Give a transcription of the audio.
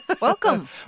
Welcome